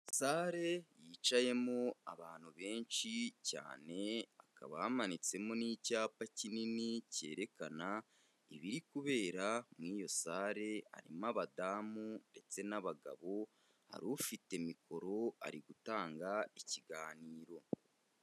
Sale yicayemo abantu benshi cyane, hakaba hamanitsemo n'icyapa kinini kerekana ibiri kubera muri iyo sale, harimo abadamu ndetse n'abagabo, hari ufite mikoro ari gutanga ikiganiro.